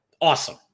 Awesome